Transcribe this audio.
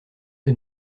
que